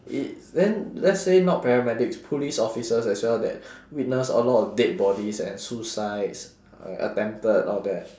it then let's say not paramedics police officers as well that witness a lot of dead bodies and suicides uh attempted all that